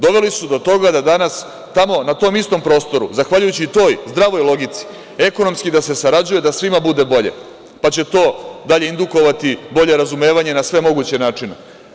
Doveli su do toga da danas tamo na tom istom prostoru, zahvaljujući toj zdravoj logici ekonomski da se sarađuje da svima bude bolje, pa će to dalje indukovati bolje razumevanje na sve moguće načine.